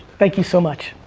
thank you so much.